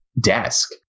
desk